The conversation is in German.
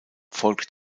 folgte